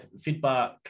feedback